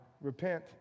Repent